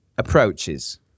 approaches